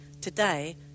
today